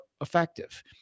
effective